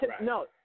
No